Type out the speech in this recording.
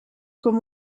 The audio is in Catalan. com